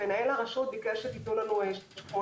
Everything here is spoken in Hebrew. מנהל הרשות ביקש שתתנו לנו 18 חודשים.